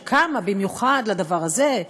שקמה במיוחד לדבר הזה,